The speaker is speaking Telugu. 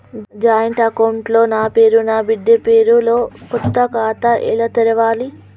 జాయింట్ అకౌంట్ లో నా పేరు నా బిడ్డే పేరు తో కొత్త ఖాతా ఎలా తెరవాలి?